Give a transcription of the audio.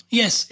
yes